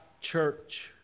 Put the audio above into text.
church